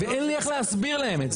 ואין לי איך להסביר להם את זה.